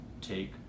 take